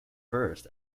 first